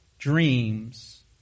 Dreams